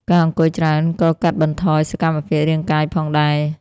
ការអង្គុយច្រើនក៏កាត់បន្ថយសកម្មភាពរាងកាយផងដែរ។